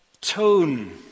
tone